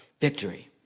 Victory